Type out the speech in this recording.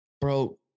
Bro